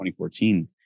2014